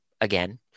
again